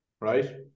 right